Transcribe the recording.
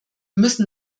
müssen